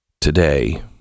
Today